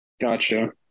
Gotcha